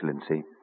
Excellency